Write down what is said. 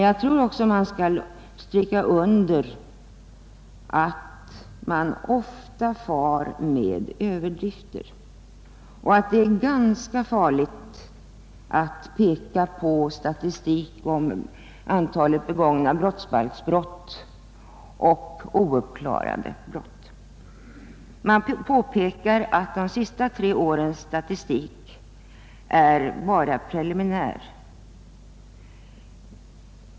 Jag vill stryka under att man ofta far med överdrifter och att det är ganska farligt att peka på statistiken över antalet begångna brottsbalksbrott och ouppklarade brott. Man bör påpeka att de tre senaste årens statistik bara är preliminär.